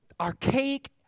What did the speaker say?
archaic